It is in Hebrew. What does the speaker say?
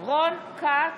רון כץ,